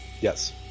yes